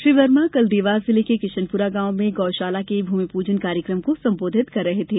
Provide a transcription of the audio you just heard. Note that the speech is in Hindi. श्री वर्मा कल देवास जिले के किशनपुरा गांव में गौ शाला के भूमि पूजन कार्यक्रम को संबोधित कर रहे थे